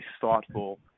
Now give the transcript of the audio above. thoughtful